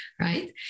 right